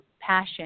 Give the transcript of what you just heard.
passion